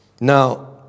Now